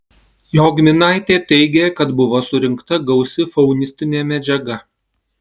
jogminaitė teigė kad buvo surinkta gausi faunistinė medžiaga